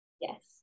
Yes